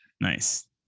Nice